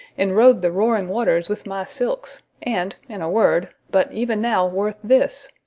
enrobe the roaring waters with my silks, and, in a word, but even now worth this,